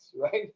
right